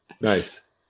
Nice